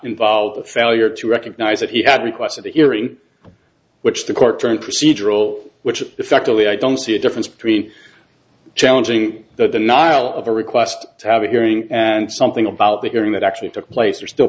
involved the failure to recognize that he had requested a hearing which the court turned procedural which effectively i don't see a difference between challenging the denial of the request to have a hearing and something about the hearing that actually took place are still